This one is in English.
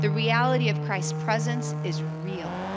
the reality of christ's presence is real.